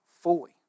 fully